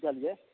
चलिए